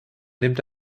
nimmt